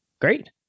Great